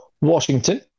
Washington